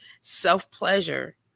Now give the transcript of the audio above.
self-pleasure